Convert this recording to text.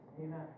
Amen